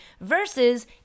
versus